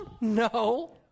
No